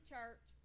Church